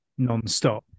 nonstop